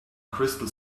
crystal